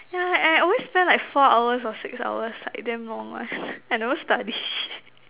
yeah I always spend like four hours or six hours like damn long I never study shit